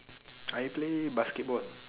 I play basketball